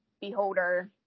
Beholder